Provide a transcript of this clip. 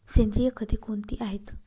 सेंद्रिय खते कोणती आहेत?